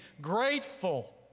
grateful